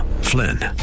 Flynn